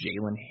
Jalen